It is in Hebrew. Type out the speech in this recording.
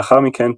לאחר מכן,